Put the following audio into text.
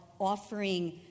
offering